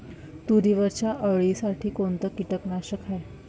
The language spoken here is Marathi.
तुरीवरच्या अळीसाठी कोनतं कीटकनाशक हाये?